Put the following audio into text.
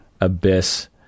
abyss